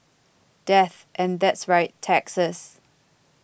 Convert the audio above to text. death and that's right taxes